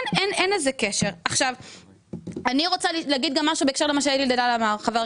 אני רוצה להגיד משהו גם בהקשר למה שחבר הכנסת אלי דלל אמר.